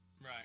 right